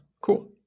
cool